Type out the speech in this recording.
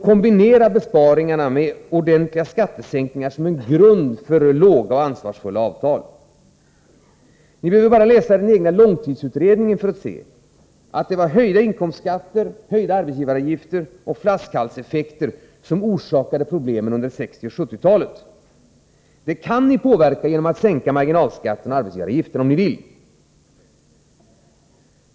Kombinera besparingar med ordentliga skattesänkningar som en grund för låga och ansvarsfulla avtal. Ni behöver bara läsa er egen långtidsutredning för att se att det var höjda inkomstskatter och arbetsgivaravgifter samt flaskhalseffekter som orsakade problemen under 1960 och 1970-talen. Det kan ni påverka genom att sänka marginalskatterna och arbetsgivaravgifterna — om ni vill.